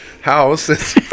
house